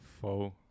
Four